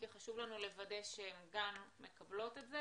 כי חשוב לנו לוודא שהן גם מקבלות את זה,